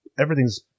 everything's